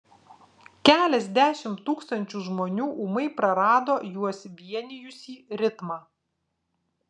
keliasdešimt tūkstančių žmonių ūmai prarado juos vienijusį ritmą